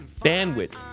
bandwidth